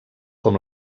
com